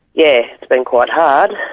yeah it's been quite hard,